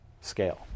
scale